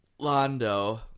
londo